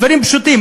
דברים פשוטים.